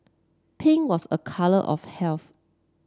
pink was a colour of health